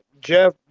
Jeff